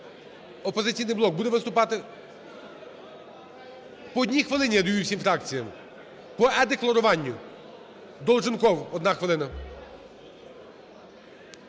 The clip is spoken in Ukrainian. "Опозиційний блок" буде виступати? По 1 хвилині я даю всім фракціям по е-декларуванню. Долженков, 1 хвилина.